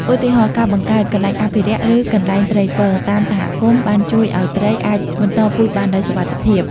ឧទាហរណ៍ ការបង្កើត "កន្លែងអភិរក្ស" ឬ "កន្លែងត្រីពង" តាមសហគមន៍ បានជួយឲ្យត្រីអាចបន្តពូជបានដោយសុវត្ថិភាព។